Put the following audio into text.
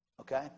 okay